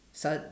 sad